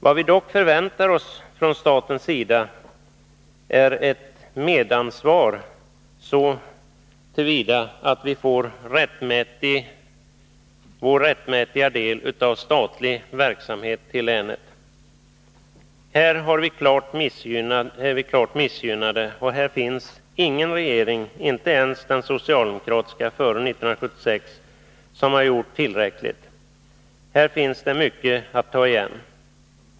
Vad vi dock förväntar oss från statens sida är ett medansvar så till vida att vi till länet får vår rättmätiga del av statlig verksamhet. I det avseendet är vi klart missgynnade. Och på det området finns det ingen regering —-inte ens den socialdemokratiska före 1976 — som har gjort tillräckligt. Här finns det mycket att ta igen.